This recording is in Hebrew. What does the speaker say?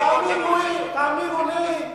תאמינו לי,